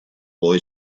boy